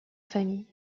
famille